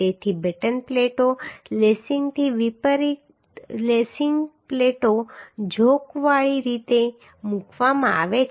તેથી batten plates લેસિંગથી વિપરીત લેસિંગ પ્લેટો ઝોકવાળી રીતે મૂકવામાં આવે છે